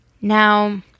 Now